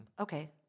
okay